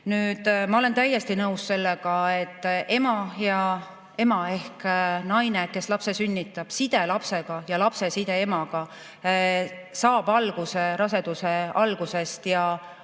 Ma olen täiesti nõus ka sellega, et ema ehk naine, kes lapse sünnitab – tema side lapsega ja lapse side emaga saab alguse raseduse algusest ja